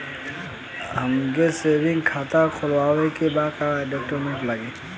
हमके सेविंग खाता खोलवावे के बा का डॉक्यूमेंट लागी?